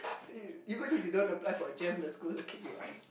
even if you don't apply for a jam the school also kick you out